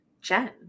Jen